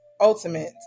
ultimate